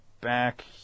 back